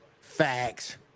Facts